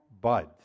Bud's